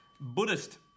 Buddhist